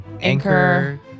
Anchor